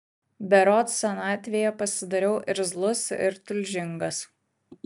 berods senatvėje pasidariau irzlus ir tulžingas